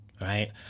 right